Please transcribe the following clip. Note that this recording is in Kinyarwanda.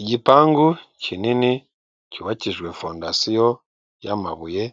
Igipangu kinini cyubakijwe fondasiyo y'amabuye